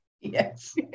Yes